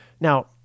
Now